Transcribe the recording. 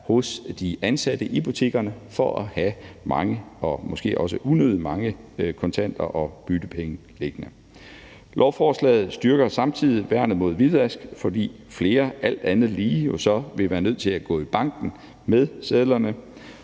hos de ansatte i butikkerne i forhold til at have mange og måske også unødig mange kontanter og byttepenge liggende. Lovforslaget styrker samtidig værnet mod hvidvask, fordi flere alt andet lige vil være nødt til så at gå i banken med sedlerne.